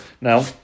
Now